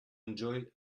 enjoy